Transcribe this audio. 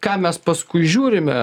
ką mes paskui žiūrime